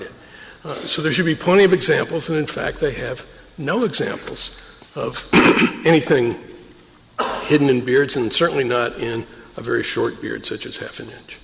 it so there should be plenty of examples and in fact they have no examples of anything hidden in beards and certainly not in a very short beard such as half an inch